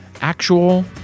actual